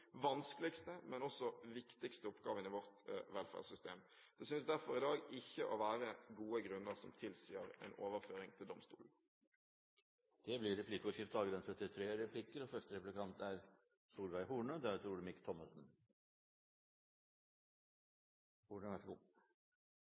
vanskeligste, men også viktigste, oppgavene i vårt velferdssystem. Det synes derfor i dag ikke å være gode grunner som tilsier en overføring til domstolen. Det blir replikkordskifte. For å ivareta rettssikkerheten, som statsråden nå er veldig opptatt av, er det viktig at alle sakkyndige parter er objektive og